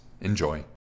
Enjoy